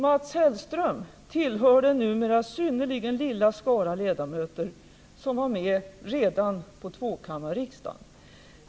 Mats Hellström tillhör den numera synnerligen lilla skara ledamöter som var med redan på tvåkammarriksdagen.